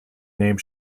name